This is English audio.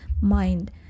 mind